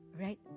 right